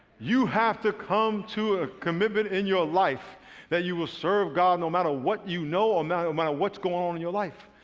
you have to come to a commitment in your life that you will serve god no matter what you know and um no matter what's going on in your life.